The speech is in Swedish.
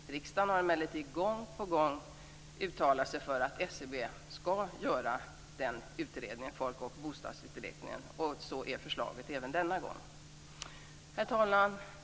Riksdagen har emellertid gång på gång uttalat sig för att SCB ska göra folk och bostadsräkningen. Så är förslaget även denna gång. Herr talman!